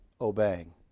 obeying